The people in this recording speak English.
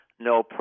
No